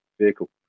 Vehicle